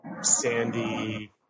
sandy